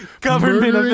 Government